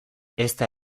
ezta